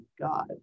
God